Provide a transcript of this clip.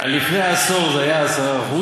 לפני עשור זה היה 10%,